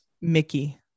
Mickey